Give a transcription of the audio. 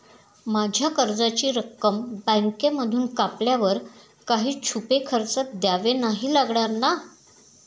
माझ्या कर्जाची रक्कम बँकेमधून कापल्यावर काही छुपे खर्च द्यावे नाही लागणार ना?